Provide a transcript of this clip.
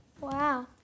Wow